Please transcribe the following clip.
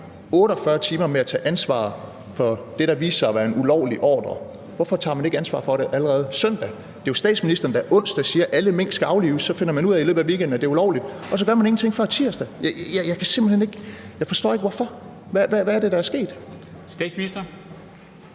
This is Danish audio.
48 timer med at tage ansvar for det, der viste sig at være en ulovlig ordre? Hvorfor tager man ikke ansvar for det allerede søndag? Det er jo statsministeren, der onsdag siger, at alle mink skal aflives. Så finder man ud af i løbet af weekenden, at det er ulovligt, og så gør man ingenting før tirsdag. Jeg forstår simpelt hen ikke hvorfor. Hvad er det, der er sket? Kl.